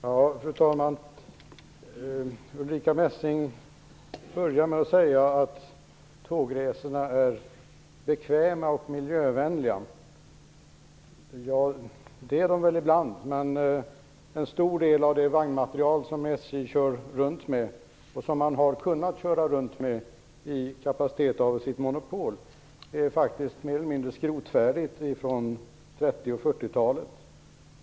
Fru talman! Ulrica Messing börjar med att säga att tågresorna är bekväma och miljövänliga. Det är de väl ibland. Men en stor del av den vagnmateriel som SJ kör runt med, som man har kunnat köra runt med i kapacitet av sitt monopol, är faktiskt mer eller mindre skrotfärdig, från 1930 och 1940-talen.